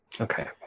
Okay